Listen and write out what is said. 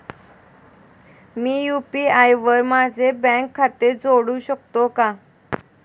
मी UPI वर माझे bank खाते जोडू शकतो का?